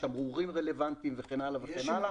תמרורים רלוונטיים וכן הלאה וכן הלאה.